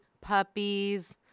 puppies